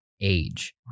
age